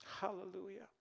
Hallelujah